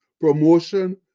promotion